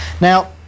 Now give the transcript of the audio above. Now